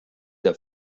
der